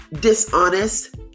dishonest